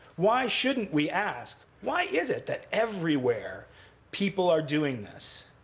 why shouldn't we ask, why is it that everywhere people are doing this?